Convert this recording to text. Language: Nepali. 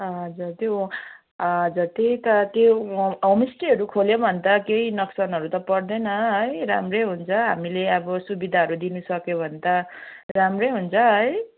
हजुर त्यो हजुर त्यही त त्यो होमस्टेहरू खोल्यो भने त केही नोक्सानहरू त पर्दैन है राम्रै हुन्छ हामीले अब सुविधाहरू दिनु सक्यो भने त राम्रै हुन्छ है